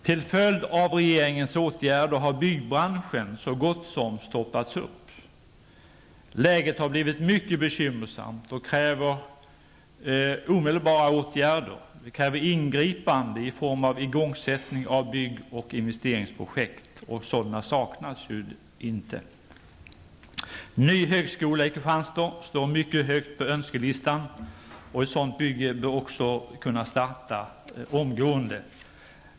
Till följd av regeringens åtgärder har det så gott som blivit stopp inom byggbranschen. Läget är mycket bekymmersamt och kräver ett snabbt ingripande i form av igångsättning av bygg och investeringsprojekt, och sådana saknas ju inte. Ny högskola i Kristianstad står högt upp på önskelistan, och ett sådant bygge bör kunna starta omgående.